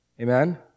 Amen